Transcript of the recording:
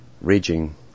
raging